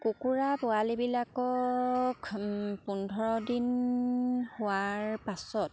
কুকুৰা পোৱালিবিলাকক পোন্ধৰ দিন হোৱাৰ পাছত